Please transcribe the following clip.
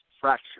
fracture